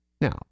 Now